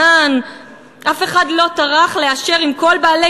ל"בזן"; אף אחד לא טרח לאשר עם כל בעלי